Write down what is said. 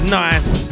nice